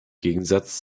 gegensatz